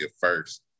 first